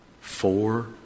four